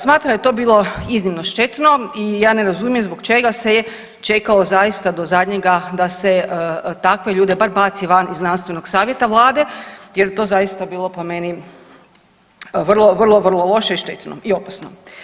Smatram da je to bilo iznimno štetno i ja ne razumijem zbog čega se je čekalo zaista do zadnjega da se takve ljude bar baci van iz znanstvenog savjeta vlade jer je to zaista bilo po meni vrlo, vrlo, vrlo loše i štetno i opasno.